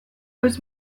oiz